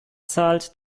zahlt